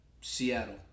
Seattle